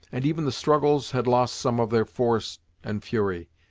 and even the struggles had lost some of their force and fury.